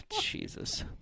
Jesus